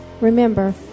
Remember